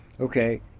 Okay